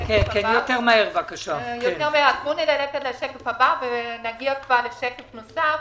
על השקף הבא ונגיע לשקף נוסף.